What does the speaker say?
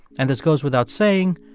and this goes without saying,